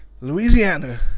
Louisiana